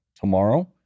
tomorrow